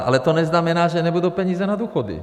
Ale to neznamená, že nebudou peníze na důchody.